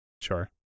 sure